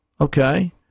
okay